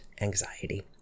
anxiety